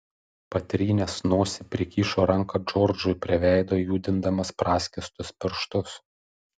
patrynęs nosį prikišo ranką džordžui prie veido judindamas praskėstus pirštus